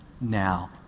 now